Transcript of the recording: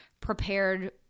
prepared